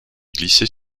glissait